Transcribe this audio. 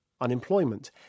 Unemployment